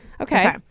Okay